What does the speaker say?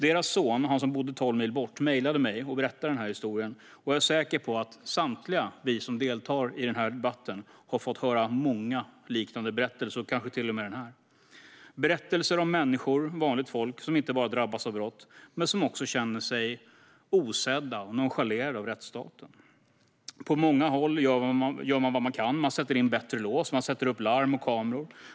Deras son, han som bodde tolv mil bort, mejlade mig och berättade den här historien. Jag är säker på att samtliga vi som deltar i den här debatten har fått höra många liknande berättelser, kanske till och med den här - berättelser om människor, vanligt folk, som inte bara drabbas av brott utan också känner sig osedda och nonchalerade av rättsstaten. På många håll gör man vad man kan. Man sätter in bättre lås, och man sätter upp larm och kameror.